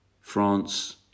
France